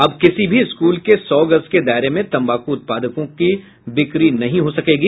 अब किसी भी स्कूल के सौ गज के दायरे में तम्बाकू उत्पादकों की बिक्री नहीं हो सकेगी